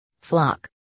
Flock